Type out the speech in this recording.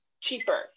cheaper